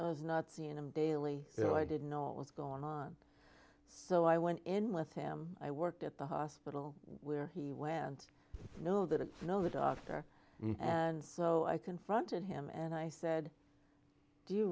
as not seeing him daily so i didn't know what was going on so i went in with him i worked at the hospital where he went no that no the doctor and so i confronted him and i said do you